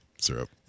syrup